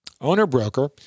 Owner-Broker